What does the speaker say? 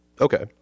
Okay